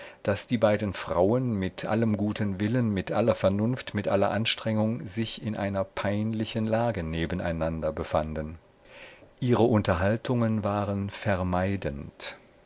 daß beide frauen mit allem guten willen mit aller vernunft mit aller anstrengung sich in einer peinlichen lage nebeneinander befanden ihre unterhaltungen waren vermeidend